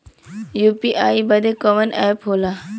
UPI बदे कवन app होला?